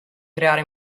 creare